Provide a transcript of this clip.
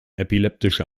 epileptische